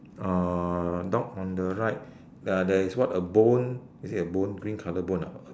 uh dog on the right uh there is what a bone is it a bone green colour bone ah